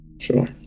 Sure